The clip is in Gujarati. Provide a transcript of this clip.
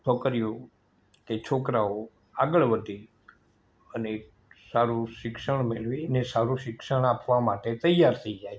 છોકરીઓ કે છોકરાઓ આગળ વધે અને એક સારું શિક્ષણ મેળવીને સારું શિક્ષણ આપવા માટે તૈયાર થઇ જાય છે